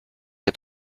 est